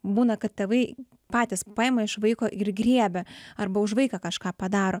būna kad tėvai patys paima iš vaiko ir griebia arba už vaiką kažką padaro